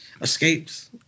escapes